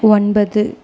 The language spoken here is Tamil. ஒன்பது